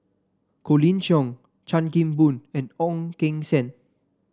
Colin Cheong Chan Kim Boon and Ong Keng Sen